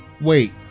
wait